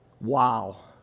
wow